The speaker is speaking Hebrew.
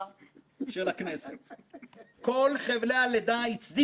מאומצת ומעמיקה מאין כמותה של צוות היועצים ועוזריהם,